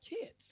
kids